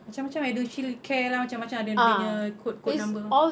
macam macam eldershield care lah macam ada dia punya code code number